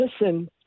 listen